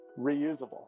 reusable